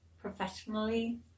professionally